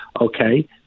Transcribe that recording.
okay